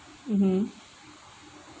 mmhmm